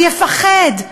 הוא יפחד.